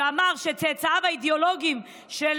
שאמר שצאצאיו האידיאולוגיים של